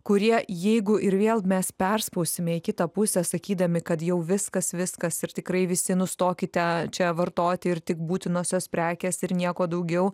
kurie jeigu ir vėl mes perspausime į kitą pusę sakydami kad jau viskas viskas ir tikrai visi nustokite čia vartoti ir tik būtinosios prekės ir nieko daugiau